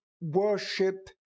worship